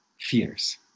fears